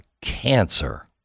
cancer